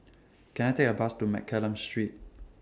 Can I Take A Bus to Mccallum Street